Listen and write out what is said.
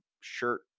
shirt